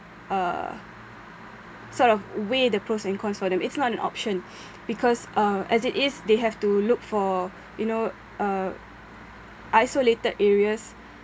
uh sort of weigh the pros and cons for them it's not an option because uh as it is they have to look for you know uh isolated areas